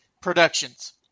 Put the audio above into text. productions